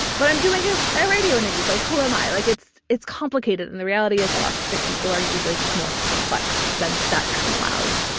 but i'm doing a ah radio interview, like who am i. like it's it's complicated. and the reality is autistic people are usually just more complex than that term allows